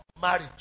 marriage